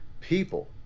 people